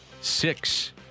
six